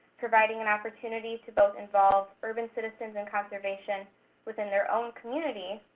providing an opportunity to both involve urban citizens and conservation within their own community,